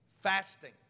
fasting